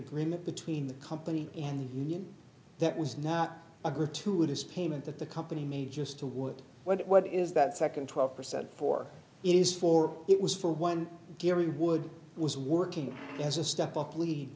agreement between the company and the union that was not a gratuitous payment that the company made just to would what is that second twelve percent for it is for it was for one gary wood was working as a step up lead